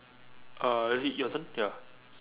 uh is it your turn ya